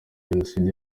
jenoside